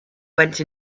went